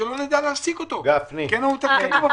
שלא נדע להעסיק אותו כי אין לנו את התקנים עבורו.